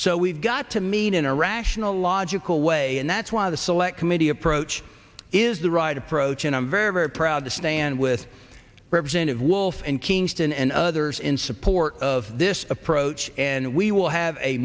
so we've got to meet in a rational logical way and that's why the select committee approach is the right approach and i'm very very proud to stand with representative wolf and kingston and others in support of this approach and we will have a